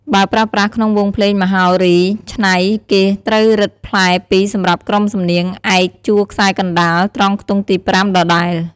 បើប្រើប្រាស់ក្នុងវង់ភ្លេងមហោរីច្នៃ គេត្រូវរឹតផ្លែ២សំរាប់ក្រុមសំនៀងឯកជួរខ្សែកណ្ដាល ត្រង់ខ្ទង់ទី៥ ដដែល។